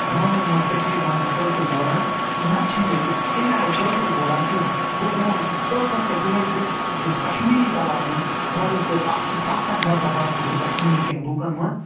گامَن منٛز کٔشیٖرِ منٛز کٲشُر بولان نہ تہٕ چھِنہٕ ییٚتہِ تَمہِ آیہِ کٲشُر بولان کیٚنہہ گوٚو بہٕ وَنہٕ آخرَس پٮ۪ٹھ یِہوٚے کہِ یُس کَشمیٖری زَبان ٲس گۄڈٕ ٲس یہِ آخر طاقتوَر زَبان ٲس یہِ کَشمیٖرِ کٮ۪ن لُکن منٛز